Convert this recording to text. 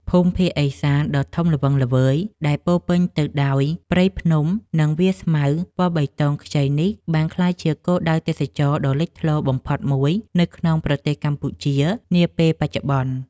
ភូមិភាគឦសានដ៏ធំល្វឹងល្វើយដែលពោរពេញទៅដោយព្រៃភ្នំ និង វាលស្មៅពណ៌បៃតងខ្ចីនេះបានក្លាយជាគោលដៅទេសចរណ៍ដ៏លេចធ្លោបំផុតមួយនៅក្នុងប្រទេសកម្ពុជានាពេលបច្ចុប្បន្ន។